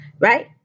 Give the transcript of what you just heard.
right